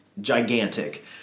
gigantic